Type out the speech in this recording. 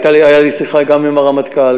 הייתה לי שיחה גם עם הרמטכ"ל,